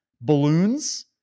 balloons